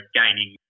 gaining